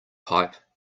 pipe